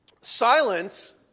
silence